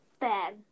bad